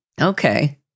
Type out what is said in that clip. okay